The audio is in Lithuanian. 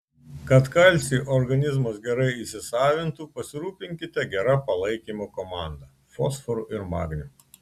kad kalcį organizmas gerai įsisavintų pasirūpinkite gera palaikymo komanda fosforu ir magniu